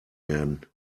werden